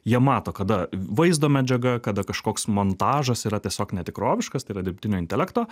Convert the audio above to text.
jie mato kada vaizdo medžiaga kada kažkoks montažas yra tiesiog netikroviškas tai yra dirbtinio intelekto